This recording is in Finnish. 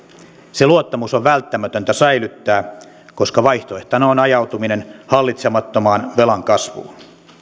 se luottamus on välttämätöntä säilyttää koska vaihtoehtona on ajautuminen hallitsemattomaan velan kasvuun